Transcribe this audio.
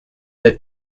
the